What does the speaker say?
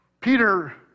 Peter